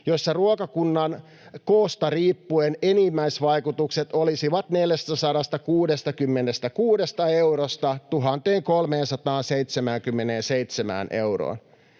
joissa ruokakunnan koosta riippuen enimmäisvaikutukset olisivat 466 eurosta 1 377 euroon.